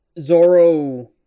Zoro